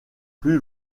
plus